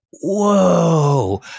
whoa